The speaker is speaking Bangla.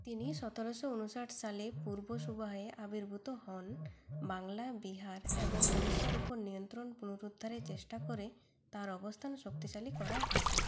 তিনি সতেরোশো ঊনষাট সালে পূর্ব সুবাহে আবির্ভূত হন বাংলা বিহার এবং ওড়িশার উপর নিয়ন্ত্রণ পুনরুদ্ধারের চেষ্টা করে তার অবস্থান শক্তিশালী করার আশায়